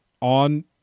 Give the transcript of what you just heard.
on